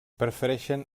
prefereixen